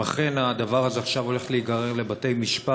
אם אכן הדבר הזה עכשיו הולך להיגרר לבתי-משפט